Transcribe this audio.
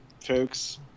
folks